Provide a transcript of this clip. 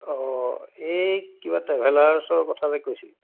অ' এই কিবা ট্ৰেভেলাৰ্ছৰ কথা যে কৈছিল